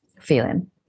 feeling